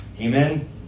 Amen